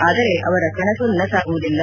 ಆದರೆ ಅವರ ಕನಸು ನನಸಾಗುವುದಿಲ್ಲ